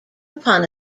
upon